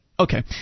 Okay